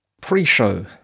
Pre-show